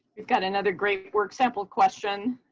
we've got another great work sample question.